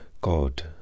God